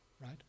right